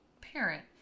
parent